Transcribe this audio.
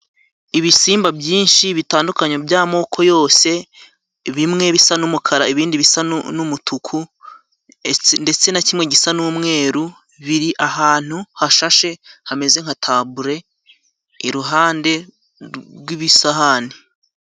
Ibisimba byinshi bitandukanye by'amoko yose, bimwe bisa n'umukara, ibindi bisa n'umutuku, ndetse na kimwe gisa n'umweru. Biri ahantu hashashe hameze nka tabule iruhande rw'ibisahani.